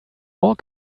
more